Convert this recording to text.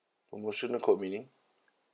promotional code meaning